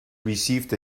received